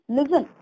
Listen